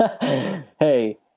Hey